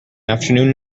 afternoon